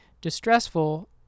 distressful